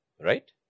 Right